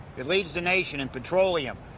it leads the nation in petroleum,